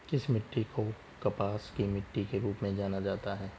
किस मिट्टी को कपास की मिट्टी के रूप में जाना जाता है?